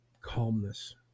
calmness